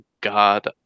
god